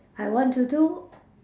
I want to do